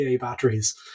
batteries